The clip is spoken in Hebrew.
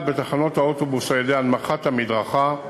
בתחנות האוטובוס על-ידי הנמכת המדרכה,